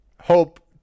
hope